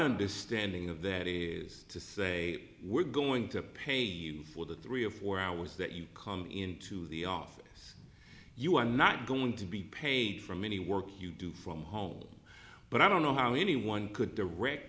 understanding of that is to say we're going to pay you for the three or four hours that you come into the office you are not going to be paid from any work you do from home but i don't know how anyone could direct